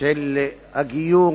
של הגיור